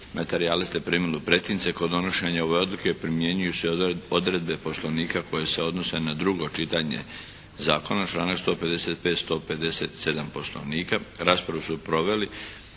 Materijale ste primili u pretince. Kod donošenja ove odluke primjenjuju se odredbe Poslovnika koje se odnose na drugo čitanje zakona, članak 155., 157. Poslovnika. Raspravu su proveli